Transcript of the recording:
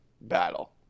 battle